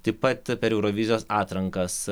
taip pat per eurovizijos atrankas